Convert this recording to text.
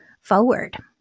forward